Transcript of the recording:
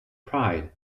pride